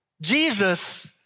Jesus